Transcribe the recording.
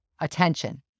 attention